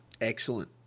Excellent